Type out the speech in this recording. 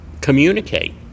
communicate